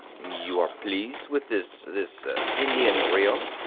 you are pleased with this this indian rio?